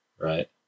right